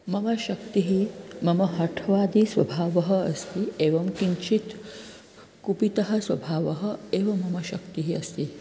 मम शक्तिः मम हठवादिस्वभावः अस्ति एवं किञ्चित् कुपितः स्वभावः एव मम शक्तिः अस्ति